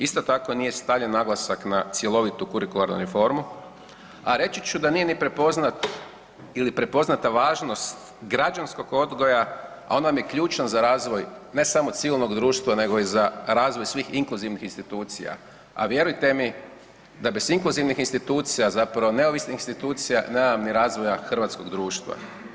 Isto tako nije stavljen naglasak na cjelovitu kurikularnu reformu, a reći ću da nije ni prepoznat ili prepoznata važnost građanskog odgoja, a on vam je ključan za razvoj ne samo civilnog društva nego i za razvoj svih inkluzivnih institucija, a vjerujte mi da bez inkluzivnih institucija, zapravo neovisnih institucija, nema ni razvoja hrvatskog društva.